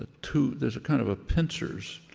ah two there's a kind of a pincers